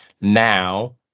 Now